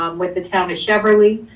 um with the town of cheverly.